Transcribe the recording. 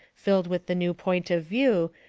filled with the new point of view,